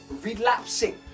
relapsing